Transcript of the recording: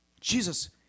Jesus